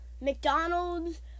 McDonald's